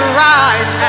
right